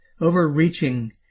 overreaching